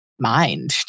Mind